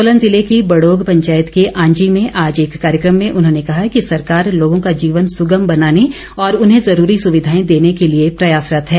सोलन ज़िले की बड़ोग पंचायत के आंजी में आज एक कार्यक्रम में उन्होंने कहा कि सरकार लोगों का जीवन सुगम बनाने और उन्हें जरूरी सुविधाएं देने के लिए प्रयासरत है